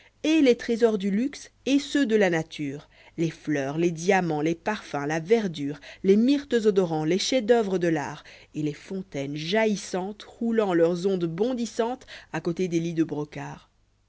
et les trésors du luxe et ceux de la nature les fleurs les diamants les parfums la verdure les myrtes odorants les chefs-d'oeuvre de l'art et les fontaines jaillissantes roulant leurs ondes bondissantes a côté des lits de brocard